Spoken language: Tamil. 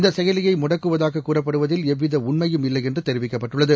இந்த செயலியை முடக்குவதாக கூறப்படுவதில் எவ்வித உண்மையும் இல்லை என்று தெரிவிக்கப்பட்டுள்ளது